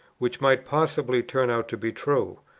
which might possibly turn out to be true,